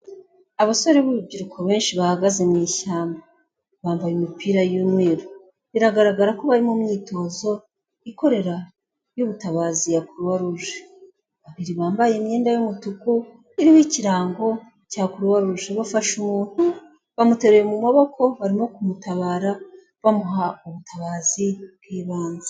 Abasore b'urubyiruko benshi bahagaze mwishyamba bambaye imipira y'umweru biragaragara ko bari mu myitozo ikorera yubutabazi ya croix rouge, babiri bambaye imyenda y'umutuku iriho ikirango cya croix rouge. bafashe umuntu bamutereye mu maboko barimo kumutabara bamuha ubutabazi bwibanze.